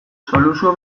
soluzio